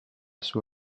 sua